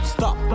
Stop